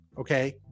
Okay